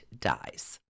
dies